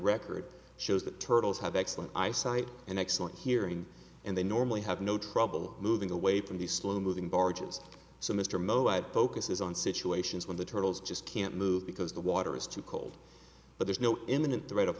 record shows that turtles have excellent eyesight and excellent hearing and they normally have no trouble moving away from the slow moving barges so mr mo i pocus is on situations when the turtles just can't move because the water is too cold but there's no imminent threat of